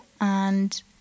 and-